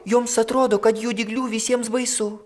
joms atrodo kad jų dyglių visiems baisu